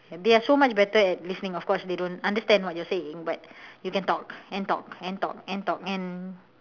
and they are so much better at listening of course they don't understand what you're saying but you can talk and talk and talk and